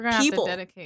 people